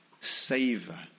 Savor